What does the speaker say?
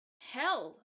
Hell